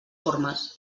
formes